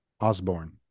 Osborne